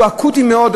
שהוא אקוטי מאוד,